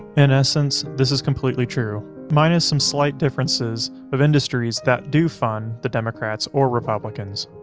in essence, this is completely true. minus some slight differences of industries that do fund the democrats or republicans.